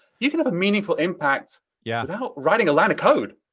you can have a meaningful impact yeah without writing a line of code,